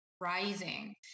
rising